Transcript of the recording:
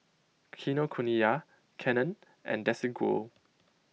Kinokuniya Canon and Desigual